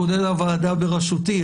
כולל הוועדה בראשותי.